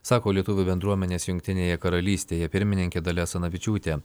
sako lietuvių bendruomenės jungtinėje karalystėje pirmininkė dalia asanavičiūtė